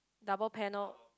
double panel